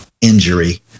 injury